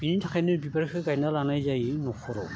बिनि थाखायनो बिबारखो गायना लानाय जायो न'खराव